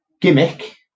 Gimmick